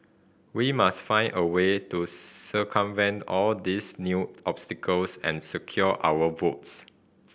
we must find a way to circumvent all these new obstacles and secure our votes